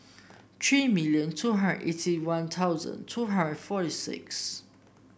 three million two hundred eighty One Thousand two hundred forty six